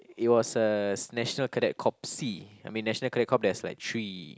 it's was uh National Cadet Corps sea I mean National Cadet Corps there's like three